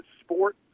sport